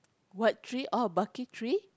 what tree oh bucket tree